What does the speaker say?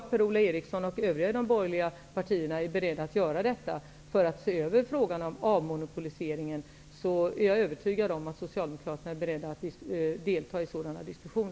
Om Per-Ola Eriksson och övriga i de borgerliga partierna är beredda att göra detta för att se över frågan om avmonopoliseringen, är jag övertygad om att Socialdemokraterna är beredda att delta i sådana diskussioner.